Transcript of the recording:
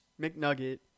McNugget